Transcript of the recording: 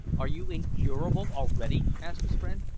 are you incurable already? asked his friend.